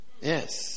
Yes